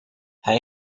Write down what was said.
hij